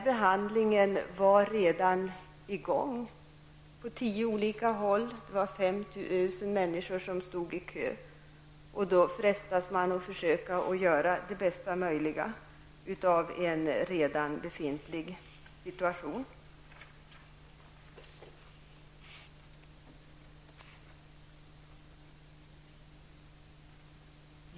Behandlingen var redan i gång på tio olika håll. 5 000 människor stod i kö. Då frestas man att försöka göra bästa möjliga av en redan uppkommen situation.